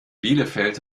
bielefeld